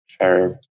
share